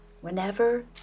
Whenever